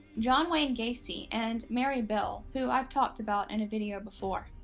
john wayne gacy and mary bell who i've talked about in a video before.